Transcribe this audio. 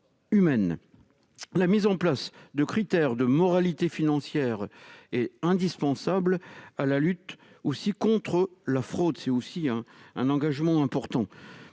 La mise en place de critères de moralité financière est indispensable à la lutte contre la fraude- un engagement également important.